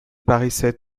paraissait